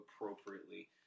appropriately